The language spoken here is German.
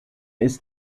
ist